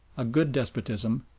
a good despotism,